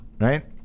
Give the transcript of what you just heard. right